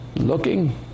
looking